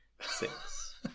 Six